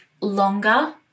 longer